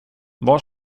var